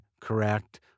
correct